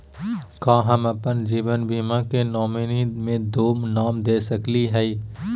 का हम अप्पन जीवन बीमा के नॉमिनी में दो नाम दे सकली हई?